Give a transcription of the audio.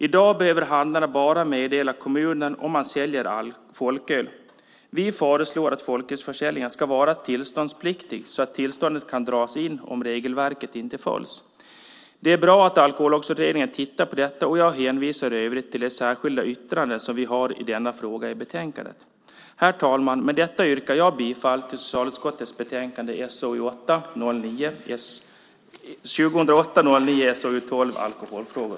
I dag behöver handlarna bara meddela kommunen om man säljer folköl. Vi föreslår att folkölsförsäljningen ska vara tillståndspliktig så att tillståndet kan dras in om regelverket inte följs. Det är bra att Alkohollagsutredningen tittar på detta. Jag hänvisar i övrigt till det särskilda yttrande som vi har i denna fråga i betänkandet. Herr talman! Med detta yrkar jag bifall till förslaget i socialutskottets betänkande 2008/09:SoU12 Alkoholfrågor .